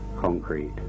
concrete